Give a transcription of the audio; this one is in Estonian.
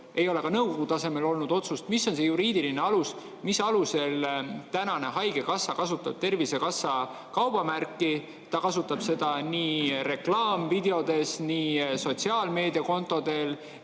Ei ole ka nõukogu tasemel olnud otsust. Mis on see juriidiline alus, mille alusel tänane haigekassa kasutab tervisekassa kaubamärki? Ta kasutab seda nii reklaamvideotes, nii sotsiaalmeediakontodel,